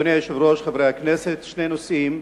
אדוני היושב-ראש, חברי הכנסת, שני נושאים.